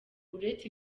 uretse